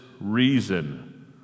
reason